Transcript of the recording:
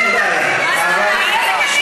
אין בעיה.